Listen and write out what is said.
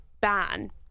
ban